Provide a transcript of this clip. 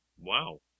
Wow